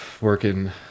working